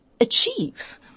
achieve